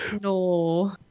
no